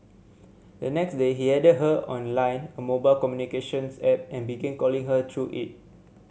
the next day he added her on Line a mobile communications app and began calling her through it